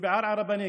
ובערערה בנגב.